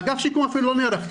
אגף שיקום אפילו לא נערך.